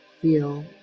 feel